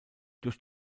durch